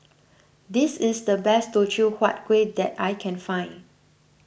this is the best Teochew Huat Kueh that I can find